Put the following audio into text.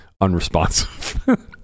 unresponsive